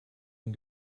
and